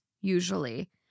usually